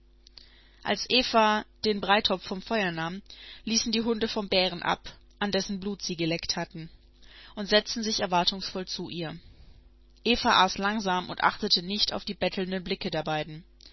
als eva den breitopf vom feuer nahm ließen die hunde vom bären ab an dessen blut sie geleckt hatten und setzten sich erwartungsvoll zu ihr eva aß langsam und achtete nicht auf die bettelnden blicke der beiden